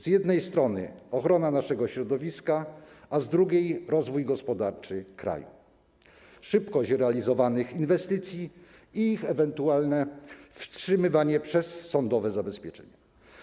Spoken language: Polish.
Z jednej strony jest ochrona naszego środowiska, a z drugiej rozwój gospodarczy kraju, szybkość realizowanych inwestycji i ich ewentualne wstrzymywanie przez sądowe zabezpieczenia.